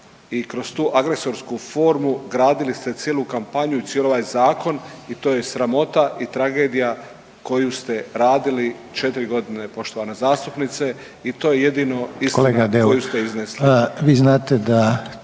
kolega Deur, vi znate da